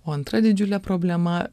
o antra didžiulė problema